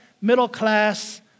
middle-class